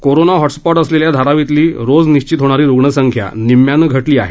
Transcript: corona hotspot असलेल्या धारावीतली रोज निश्चित होणारी रुग्णसंख्या निम्म्यानं घटली आहे